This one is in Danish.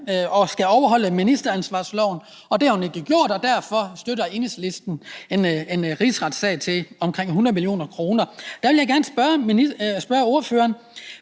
skal overholde ministeransvarsloven. Det har hun ikke gjort, og derfor støtter Enhedslisten en rigsretssag til omkring 100 mio. kr. Der vil jeg gerne spørge ordføreren: